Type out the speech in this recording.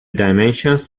dimensions